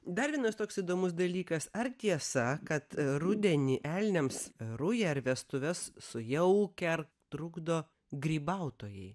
dar vienas toks įdomus dalykas ar tiesa kad rudenį elniams rują ar vestuves sujaukia ar trukdo grybautojai